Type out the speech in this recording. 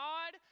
God